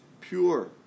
pure